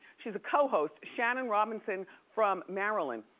she's a co-host. shannon robinson from maryland.